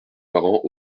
parents